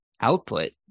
output